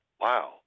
wow